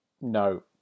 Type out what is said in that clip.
No